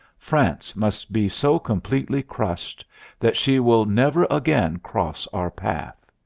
france must be so completely crushed that she will never again cross our path.